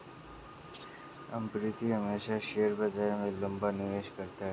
अर्पित हमेशा शेयर बाजार में लंबा निवेश करता है